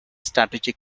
strategic